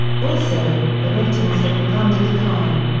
also, the ratings had begun to decline.